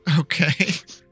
Okay